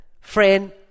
friend